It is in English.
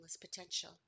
potential